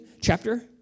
chapter